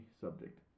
subject